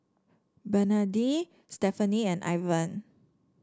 Bernadine Stephenie and Ivan